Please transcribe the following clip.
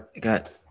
got